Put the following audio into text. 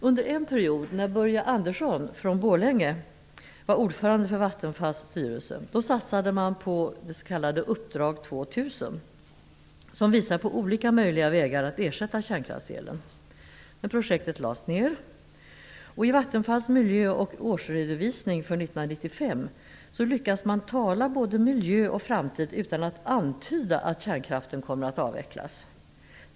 Under en period då Börje Andersson från Borlänge var ordförande i Vattenfalls styrelse satsade man på det s.k. Uppdrag 2000, som visar på olika möjliga vägar att ersätta kärnkraftselen. Projektet lades dock ned. I Vattenfalls miljö och årsredovisning för 1995 lyckas man tala om både miljö och framtid utan att antyda att kärnkraften kommer att avvecklas.